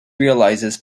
realises